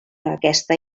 aquesta